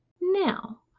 Now